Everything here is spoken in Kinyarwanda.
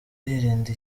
yirinda